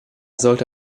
sollte